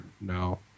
no